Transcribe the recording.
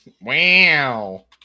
Wow